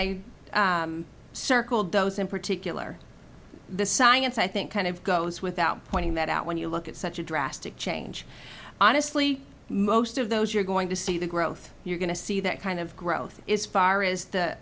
i circled those in particular the science i think kind of goes without pointing that out when you look at such a drastic change honestly most those you're going to see the growth you're going to see that kind of growth is far is the